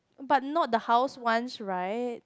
but not the house ones right